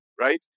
Right